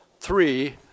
three